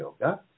yoga